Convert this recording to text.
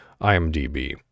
IMDb